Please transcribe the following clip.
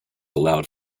allowed